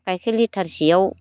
गायखेर लिटारसेयाव